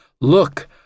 Look